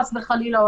חס וחלילה,